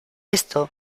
esto